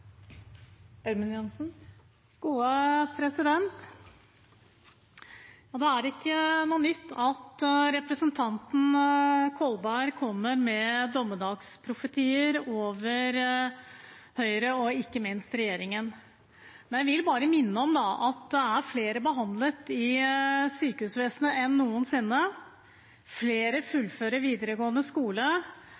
ikke noe nytt at representanten Kolberg kommer med dommedagsprofetier over Høyre, og ikke minst over regjeringen. Da vil jeg bare minne om at det er flere som er behandlet i sykehusvesenet enn noensinne, at flere